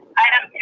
item